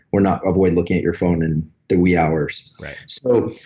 or not. avoid looking at your phone in the wee hours right so,